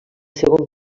segon